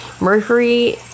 Mercury